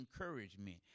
encouragement